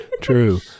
True